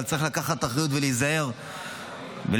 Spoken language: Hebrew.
אבל צריך לקחת אחריות ולהיזהר, להבא.